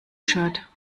shirt